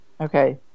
Okay